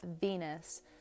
Venus